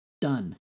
Done